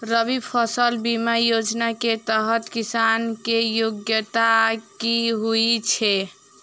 रबी फसल बीमा योजना केँ तहत किसान की योग्यता की होइ छै?